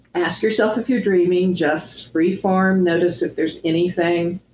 ask yourself if you're dreaming just freeform. notice if there's anything